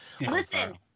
Listen